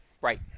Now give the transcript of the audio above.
right